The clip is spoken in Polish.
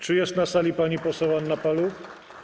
Czy jest na sali pani poseł Anna Paluch?